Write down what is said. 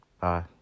bye